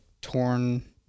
torn